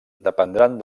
dependran